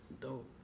Dope